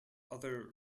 other